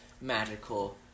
magical